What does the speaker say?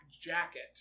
jacket